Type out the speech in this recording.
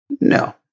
No